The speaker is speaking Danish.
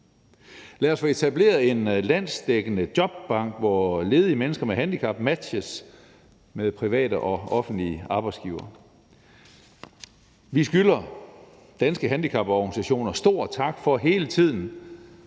Lad os få etableret en landsdækkende jobbank, hvor ledige mennesker med handicap matches med private og offentlige arbejdsgivere. Vi skylder Danske Handicaporganisationer stor tak for hele tiden